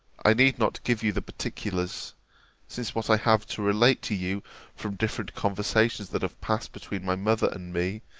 i need not give you the particulars since what i have to relate to you from different conversations that have passed between my mother and me,